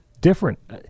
different